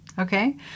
Okay